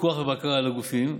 פיקוח ובקרה על הגופים.